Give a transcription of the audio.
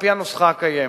על-פי הנוסחה הקיימת.